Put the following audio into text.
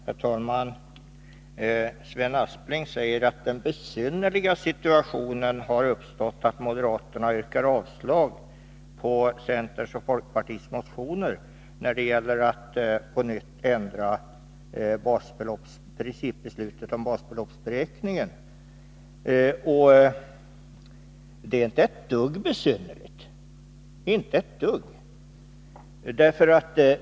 Herr talman! Sven Aspling säger att den besynnerliga situationen har uppstått, att moderaterna yrkar avslag på centerns och folkpartiets motioner när det gäller att på nytt ändra principbeslutet om basbeloppsberäkningen. Men det är inte ett dugg besynnerligt!